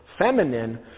Feminine